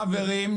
חברים,